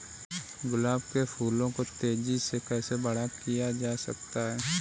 गुलाब के फूलों को तेजी से कैसे बड़ा किया जा सकता है?